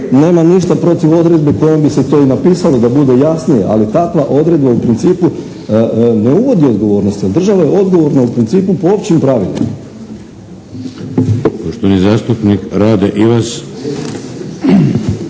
nemam ništa protiv odredbe kojom bi se to i napisalo da bude jasnije, ali takva odredba u principu ne uvodi odgovornosti, jer država je odgovorna u principu po općim pravilima.